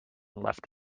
left